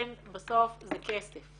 כן, בסוף זה כסף.